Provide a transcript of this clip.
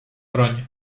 broń